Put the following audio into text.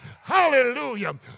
Hallelujah